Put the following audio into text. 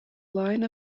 line